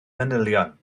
manylion